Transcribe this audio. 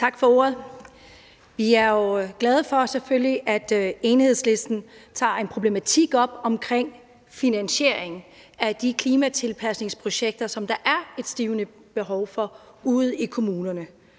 Tak for ordet. Vi er selvfølgelig glade for, at Enhedslisten tager en problematik op omkring finansiering af de klimatilpasningsprojekter, som der er et stigende behov for ude i kommunerne,